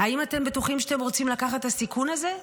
האם אתם בטוחים שאתם רוצים לקחת את הסיכון הזה?